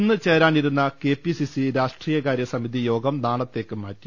ഇന്ന് ചേരാനിരുന്ന കെപിസിസി രാഷ്ട്രീയ കാര്യ സമിതി യോഗം നാളത്തേക്ക് മാറ്റി